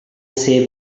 say